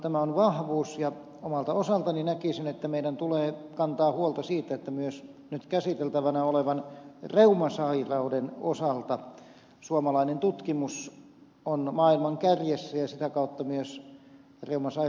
tämä on vahvuus ja omalta osaltani näkisin että meidän tulee kantaa huolta siitä että myös nyt käsiteltävänä olevan reumasairauden osalta suomalainen tutkimus on maailman kärjessä ja sitä kautta myös reumasairauksien hoito